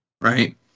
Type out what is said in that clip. right